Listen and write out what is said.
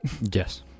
Yes